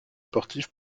sportive